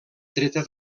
treta